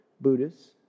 Buddhists